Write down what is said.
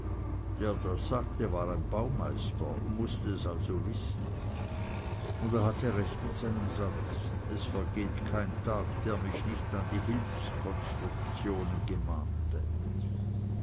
der das sagte war ein baumeister und mußte es also wissen und er hatte recht mit seinem satz es vergeht kein tag der mich nicht an die hilfskonstruktionen gemahnte